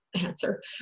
Answer